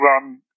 run